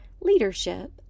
leadership